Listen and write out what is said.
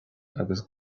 agus